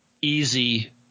easy